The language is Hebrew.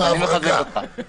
אני מחזק אותך.